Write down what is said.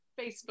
Facebook